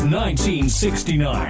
1969